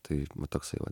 tai toksai va